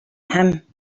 him